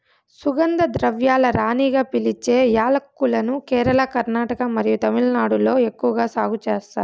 సుగంధ ద్రవ్యాల రాణిగా పిలిచే యాలక్కులను కేరళ, కర్ణాటక మరియు తమిళనాడులో ఎక్కువగా సాగు చేస్తారు